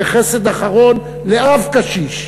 כחסד אחרון לאב קשיש,